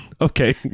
Okay